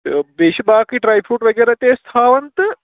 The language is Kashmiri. بیٚیہِ چھِ باقٕے ڈرٛاے فرٛوٗٹ وغیرہ تہِ أسۍ تھاوان تہٕ